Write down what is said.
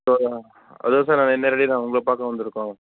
ஆ அதுதான் சார் நாங்கள் இந்த நேரடியாக உங்களை பார்க்க வந்திருக்கோம்